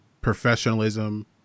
professionalism